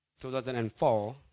2004